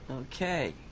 Okay